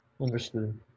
Understood